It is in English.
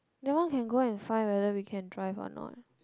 that one can go and find whether we can drive or not